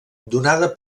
donada